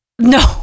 No